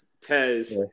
Tez